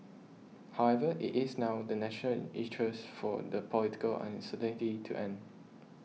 however it is now in the national interest for the political uncertainty to end